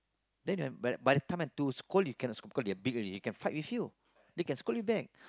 then they have by the time I want to scold you cannot scold because they big already they can fight with you they can scold you back